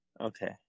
Okay